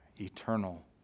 eternal